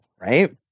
right